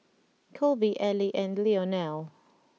Kolby Elie and Leonel